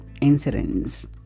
incidents